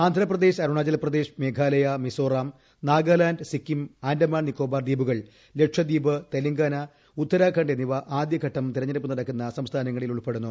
ആന്ധ്രാപ്രദേശ് അരുണാചൽ പ്രപദ്ദേശ് മേഘാലയ മിസോറം നാഗാലാന്റ് സിക്കിം ആൻഡമാൻ നിക്കോബാർ ദ്വീപുകൾ ലക്ഷദ്വീപ് ് തെലങ്കാന ് ഉത്തൂർാഖണ്ഡ് എന്നിവ ആദ്യ ഘട്ടം തിരഞ്ഞെടുപ്പ് നടക്കൂന്ന് സംസ്ഥാനങ്ങളിൽ ഉൾപ്പെടുന്നു